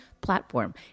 platform